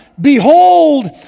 behold